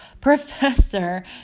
Professor